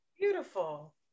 Beautiful